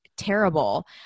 terrible